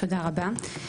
תודה רבה.